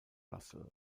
russell